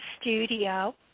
studio